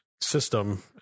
system